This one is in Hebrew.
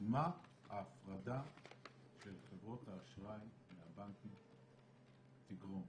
מה ההפרדה של חברות האשראי מהבנקים תגרום,